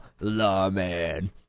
Lawman